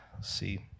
see